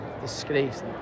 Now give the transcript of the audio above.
disgrace